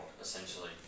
essentially